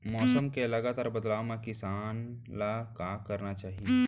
मौसम के लगातार बदलाव मा किसान ला का करना चाही?